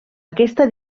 aquesta